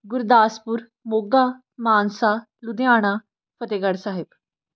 Gurdaspur Moga Mansa Ludhiana Fatehgarh Sahib